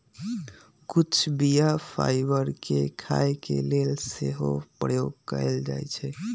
कुछ बीया फाइबर के खाय के लेल सेहो प्रयोग कयल जाइ छइ